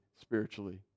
spiritually